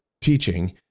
teaching